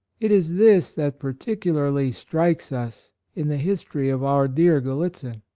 it is this that particularly strikes us in the history of our dear gallitzin.